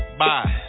bye